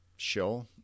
show